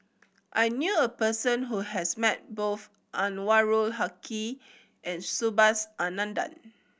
I knew a person who has met both Anwarul Haque and Subhas Anandan